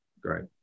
Great